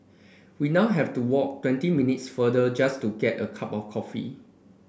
we now have to walk twenty minutes farther just to get a cup of coffee